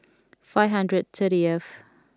five hundred thirty T F